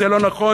זה לא נכון.